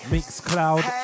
Mixcloud